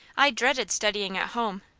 i dreaded studying at home,